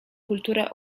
kulturę